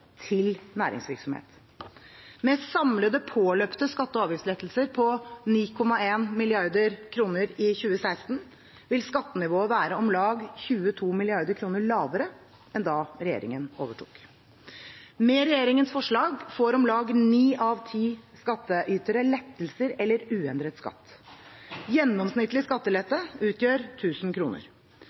til næringsvirksomhet. Med samlede påløpte skatte- og avgiftslettelser på 9,1 mrd. kr i 2016 vil skattenivået være om lag 22 mrd. kr lavere enn da regjeringen overtok. Med regjeringens forslag får om lag ni av ti skatteytere lettelser eller uendret skatt. Gjennomsnittlig skattelettelse utgjør